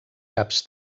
caps